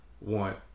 want